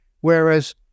Whereas